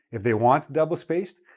if they want double-spaced,